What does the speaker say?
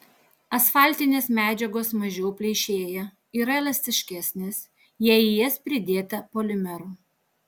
asfaltinės medžiagos mažiau pleišėja yra elastiškesnės jei į jas pridėta polimerų